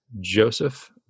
Joseph